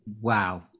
Wow